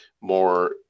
more